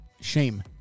shame